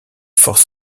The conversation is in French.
forces